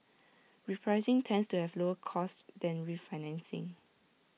repricing tends to have lower costs than refinancing